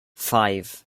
five